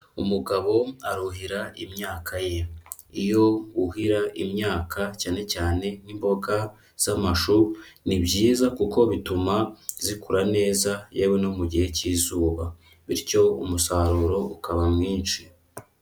Umugabo aruhira imyaka ye. Iyo wuhira imyaka, cyane cyane nk'imboga z'amashu, ni byiza kuko bituma zikura neza, yewe no mu gihe cy'izuba. Bityo umusaruro ukaba mwinshi.